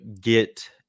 get